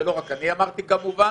לא רק אני אמרתי את זה, כמובן.